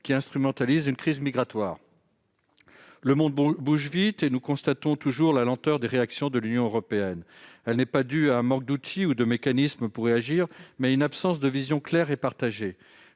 qui instrumentalise une crise migratoire. Le monde bouge vite, et nous constatons toujours la lenteur des réactions de l'Union européenne. Celle-ci est due non pas à un manque d'outils ou de mécanismes pour réagir, mais à une absence de vision claire et partagée.